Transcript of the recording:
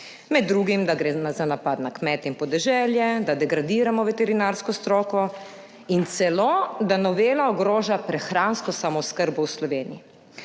med drugim, da gre za napad na kmete in podeželje, da degradiramo veterinarsko stroko in celo da novela ogroža prehransko samooskrbo v Sloveniji.